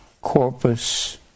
corpus